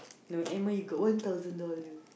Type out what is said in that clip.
no end month you got one thousand dollar